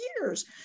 years